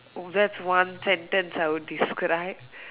that's one sentence I would describe